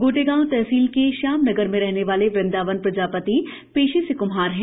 गोटेगांव तहसील के श्यान नगर में रहने वाले वंदावन प्रजापति पेशे से क्म्हार हैं